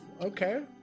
okay